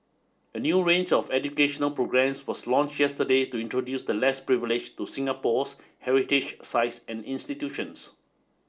a new range of educational programmes was launched yesterday to introduce the less privileged to Singapore's heritage sites and institutions